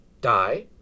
Die